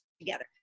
together